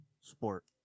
sport